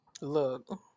Look